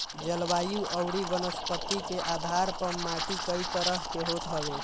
जलवायु अउरी वनस्पति के आधार पअ माटी कई तरह के होत हवे